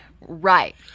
Right